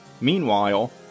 Meanwhile